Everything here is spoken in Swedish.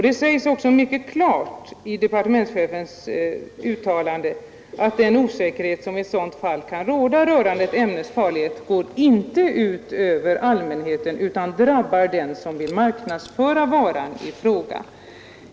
Det sägs också mycket klart i departementschefens uttalande att den osäkerhet som i ett sådant fall kan råda rörande ett ämnes farlighet går inte ut över allmänheten utan drabbar den som vill marknadsföra varan i fråga.